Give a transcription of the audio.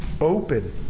open